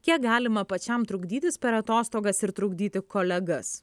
kiek galima pačiam trukdytis per atostogas ir trukdyti kolegas